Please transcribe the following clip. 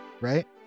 right